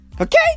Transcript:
Okay